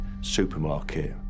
supermarket